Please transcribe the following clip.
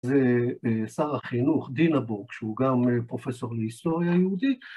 זה שר החינוך, דינה בורק, שהוא גם פרופסור להיסטוריה יהודית.